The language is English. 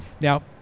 Now